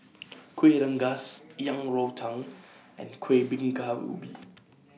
Kuih Rengas Yang Rou Tang and Kuih Bingka Ubi